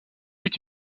est